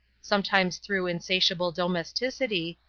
sometimes through insatiable domesticity,